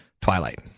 Twilight